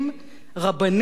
משוררים,